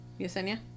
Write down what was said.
Yesenia